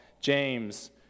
James